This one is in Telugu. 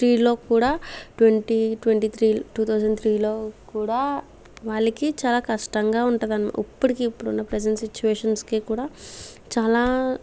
త్రీలో కూడా twenty twenty three two thousand త్రీలో కూడా వాళ్ళకి చాలా కష్టంగా ఉంటది ఇప్పటికి ఇప్పుడు ప్రజెంట్ సిచ్చువేషన్స్కి కూడా చాలా